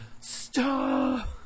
Stop